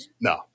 No